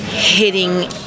Hitting